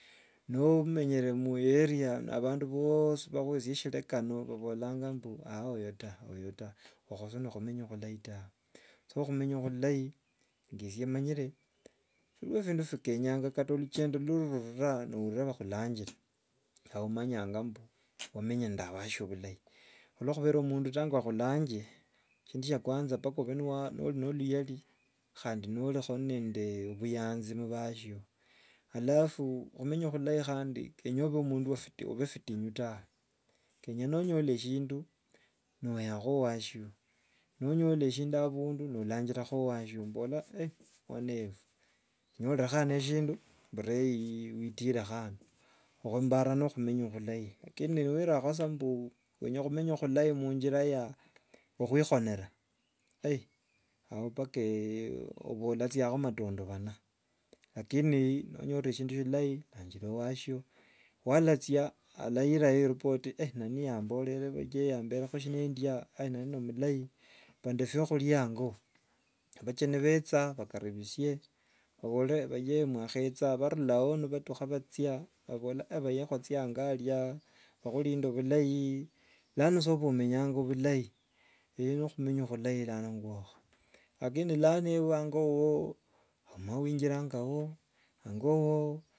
Posia tjandje mokara nese romokati kovandu okutja oheva nao mutu ondjaa etjetja oheva ondjii ondjaeta ndjo ooo oohani ndjo yopokatikovivara ndjo, otmbangu yopokati kovivara tjimuna omundu omuserandu nomuzoozu tjiri tjiri tjoondovazu omundu kamuyapa uriri nao peno mundu omuserandu peno mundu omuzoozu peno mundu omuyapa ete imboo mundu omuserandu nomuzoozu uriri irire kutja nambo ove wauta okuyera katiti mutu okurikoha nu okurikoha noheva uriri konootja nandaku urikoha momeva uriri otjoo nandaku otjivara tjoe tjatanauka, okutja oheva nao ondjiyeta indjo mbangu ndjo pokati kovivara poo ndjitupa ombuniko yapeke.